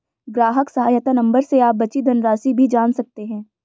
ग्राहक सहायता नंबर से आप बची धनराशि भी जान सकते हैं